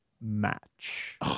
Match